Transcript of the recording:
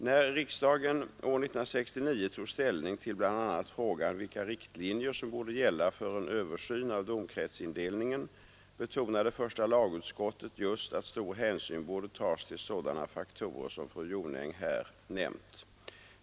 När riksdagen år 1969 tog ställning till bl.a. frågan vilka riktlinjer som borde gälla för en översyn av domkretsindelningen betonade första lagutskottet just att stor hänsyn borde tas till sådana faktorer som fru Jonäng här nämnt.